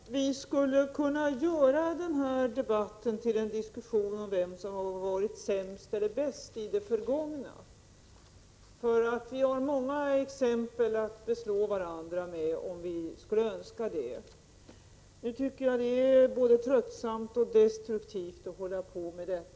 Herr talman! Vi skulle kunna göra den här debatten till en diskussion om vem som har varit sämst eller bäst i det förgångna. Vi har många exempel att beslå varandra med om vi skulle önska det. Men det är både tröttsamt och destruktivt att hålla på med det.